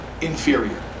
inferior